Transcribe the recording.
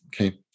Okay